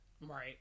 Right